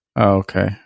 okay